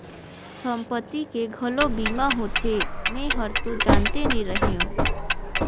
संपत्ति के घलो बीमा होथे? मे हरतो जानते नही रहेव